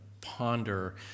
ponder